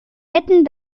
hätten